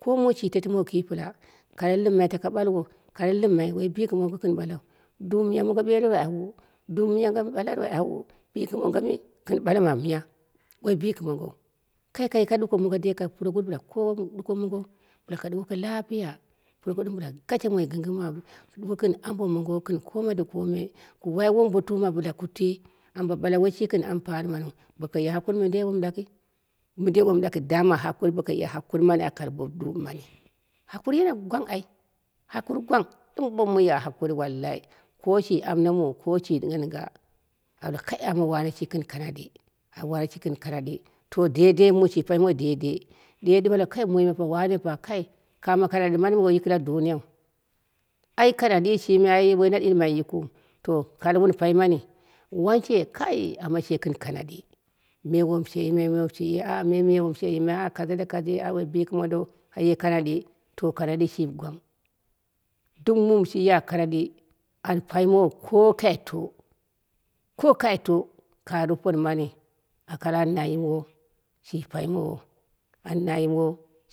Ko muu shi tekkɨlɨ ki pɨla kara lɨmmai taka ɓalwo kare lɨmmai woi bikɨmongo gɨn ɓalau, dum miya mongo ɓalaru ai auwo, dum miya mongo ɓalaru ai auwo, bikɨmongomi gɨn ɓala ma miya woi bikɨmongou kai kaye koro ɗuko mongo dei puroguruwu bɨla kowe gɨn ɗuko mongo bɨla ka ɗuwoko lapiya, puro guruwu bila gashe moi gɨnɣin kai ɗuko gɨn ambo mongo gɨn kome da kome ku wai wombotuma ku twi ambo ɓala ɓala woi shi gɨn ampaniu boko ye hakuri mɨndei laki mɨndei wom laki dama bokoye hakuri aka gi bo dumma mani, hakuri me gwang ai hakuri gwang ɗɨm bo mɨnya hakuriu wakayi koshi amna muu ko shi ɗɨngha ɗɨngha a ɓave kai wane shi gɨn kanaɗi, wane shi gɨn kanadi to dei dei muu shi paimowo dei dei, ɗe ɗɨm muni me a bale kai wane shi gɨn kanaɗi kame kanadi mani kame kanaɗi mani woi yiki la duniyau. Ai kanaɗi yi shimi ai woi na ɗɨmmai yikɨu to ka ali wun paimani, wanshe ai she gɨn kanaɗi, me wom she ya me wom she ya, me womshe yimai ai kaja da kaja woi bikɨmon dou aye kanaɗi to kanaɗi shimi gwang. Duk muum shiya kanaɗi an paimowo ko kai to ko kai to ka ripot mani aka al an nai yimgo shi pai mowo, an nai yimwo